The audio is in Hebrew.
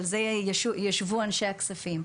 על זה ישבו אנשי הכספים.